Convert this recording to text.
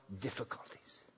difficulties